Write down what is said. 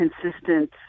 consistent